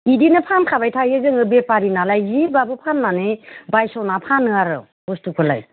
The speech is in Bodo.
बिदिनो फानखाबाय थायो जोङो बेफारि नालाय जिबाबो फान्नानै बायस'ना फानो आरो बुस्थुखौलाय